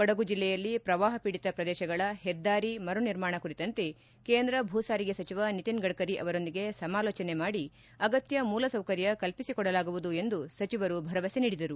ಕೊಡಗು ಜಿಲ್ಲೆಯಲ್ಲಿ ಪ್ರವಾಹ ಪೀಡಿತ ಪ್ರದೇಶಗಳ ಪೆದ್ದಾರಿ ಮರು ನಿರ್ಮಾಣ ಕುರಿತಂತೆ ಕೇಂದ್ರ ಭೂ ಸಾರಿಗೆ ಸಚಿವ ನಿತಿನ್ ಗಢ್ತರಿ ಅವರೊಂದಿಗೆ ಸಮಾಲೋಚನೆ ಮಾಡಿ ಅಗತ್ಯ ಮೂಲ ಸೌಕರ್ಯ ಕಲ್ಪಿಸಿಕೊಡಲಾಗುವುದು ಎಂದು ಸಚಿವರು ಭರವಸೆ ನೀಡಿದರು